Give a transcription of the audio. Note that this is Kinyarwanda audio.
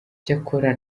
cyakora